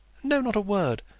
no not a word.